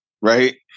right